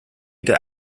der